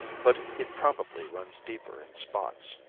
but it probably runs deeper in spots.